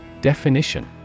Definition